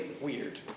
weird